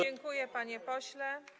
Dziękuję, panie pośle.